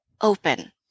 open